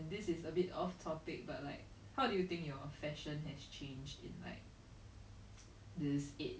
like I don't know upon his like I don't know I guess like maybe video or like does it encompassed like magazine or pictures